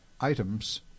items